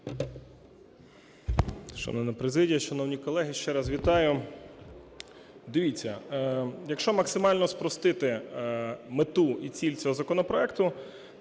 Дивіться, якщо максимально спростити мету і ціль цього законопроекту,